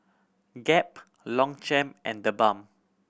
Gap Longchamp and TheBalm